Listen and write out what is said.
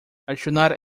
adicionar